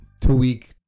two-week